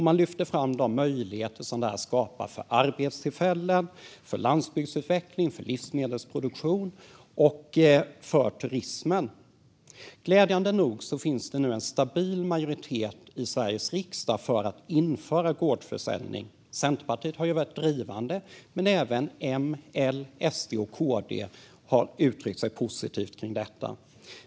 Man lyfter fram de möjligheter som gårdsförsäljning skapar för arbetstillfällen, för landsbygdsutveckling, för livsmedelsproduktion och för turismen. Glädjande nog finns nu en stabil majoritet i Sveriges riksdag för att införa gårdsförsäljning. Centerpartiet har varit drivande, men även M, L, SD och KD har uttryckt sig positivt om detta.